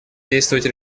действовать